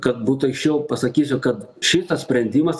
kad būtų aiškiau pasakysiu kad šitas sprendimas